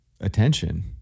attention